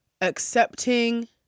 accepting